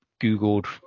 Googled